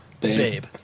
Babe